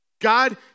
God